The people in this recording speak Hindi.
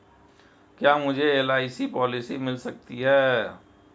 क्या मुझे एल.आई.सी पॉलिसी मिल सकती है?